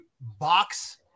box